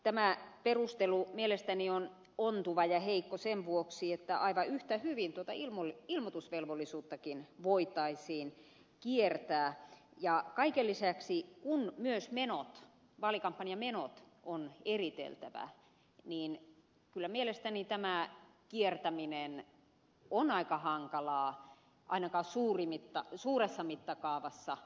tämä perustelu mielestäni on ontuva ja heikko sen vuoksi että aivan yhtä hyvin tuota ilmoitusvelvollisuuttakin voitaisiin kiertää ja kaiken lisäksi kun myös vaalikampanjan menot on eriteltävä niin kyllä mielestäni tämä kiertäminen on aika hankalaa ainakin suuressa mittakaavassa